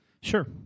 Sure